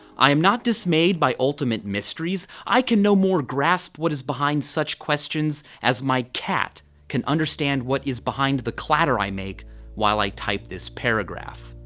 i'm not dismayed by ultimate mysteries, i can no more grasp what is behind such questions as my cat can understand what is behind the clatter i make while i type this paragraph.